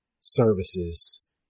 services